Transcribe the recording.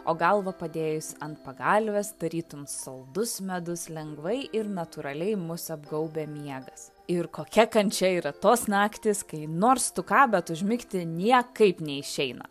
o galvą padėjus ant pagalvės tarytum saldus medus lengvai ir natūraliai mus apgaubia miegas ir kokia kančia yra tos naktys kai nors tu ką bet užmigti niekaip neišeina